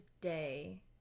day